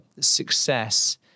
success